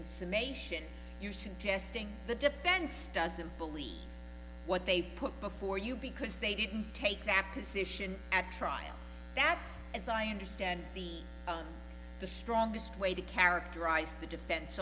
summation you're suggesting the defense doesn't believe what they've put before you because they didn't take that position at trial that's as i understand the the strongest way to characterize the defense